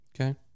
Okay